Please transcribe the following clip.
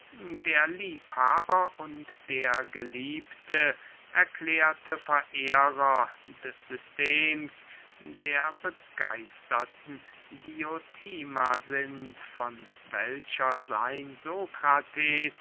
der liebhaber und der geliebte erklärte verehrer des systems der begeisterten diotima sind von welcher sein